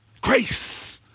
Grace